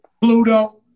Pluto